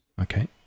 okay